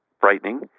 frightening